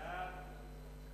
סעיפים 1 2